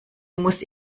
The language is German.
muss